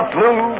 Blue